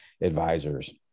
advisors